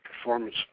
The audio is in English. performance